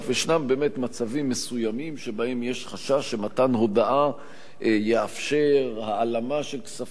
ישנם באמת מצבים מסוימים שבהם יש חשש שמתן הודעה יאפשר העלמה של הכספים,